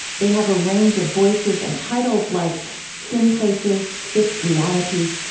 they have a range of voices and titles like thin places, thick realities,